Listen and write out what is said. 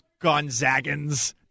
Gonzagans